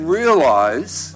realize